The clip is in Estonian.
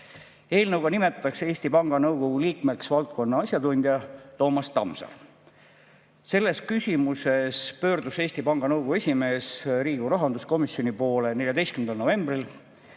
Eelnõuga nimetatakse Eesti Panga Nõukogu liikmeks valdkonna asjatundja Toomas Tamsar. Selles küsimuses pöördus Eesti Panga Nõukogu esimees Riigikogu rahanduskomisjoni poole 14. novembril.